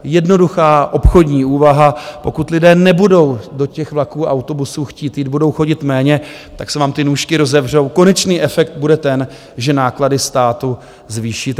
Jednoduchá obchodní úvaha pokud lidé nebudou do těch vlaků a autobusů chtít jít, budou chodit méně, tak se vám ty nůžky rozevřou a konečný efekt bude ten, že náklady státu zvýšíte.